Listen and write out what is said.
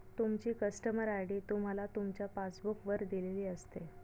तुमची customer ID तुम्हाला तुमच्या पासबुक वर दिलेली असते